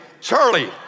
Charlie